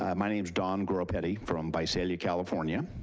um my name's don groppetti, from visalia, california.